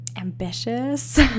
ambitious